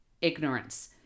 ignorance